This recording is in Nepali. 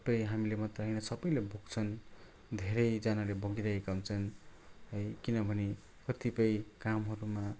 तपाईँ हामीले मात्रै होइन सबैले भोग्छ नि धेरैजनाले भोगिरहेका हुन्छन् है किनभने कतिपय कामहरूमा